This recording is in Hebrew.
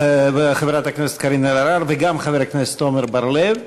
חברת הכנסת קארין אלהרר וגם חבר הכנסת עמר בר-לב.